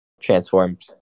transforms